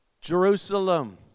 Jerusalem